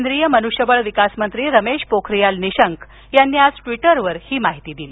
केंद्रीय मनुष्यबळ विकास मंत्री रमेश पोखरीयाल निशंक यांनी आज ट्वीटरवर ही माहिती दिली